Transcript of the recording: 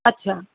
अच्छा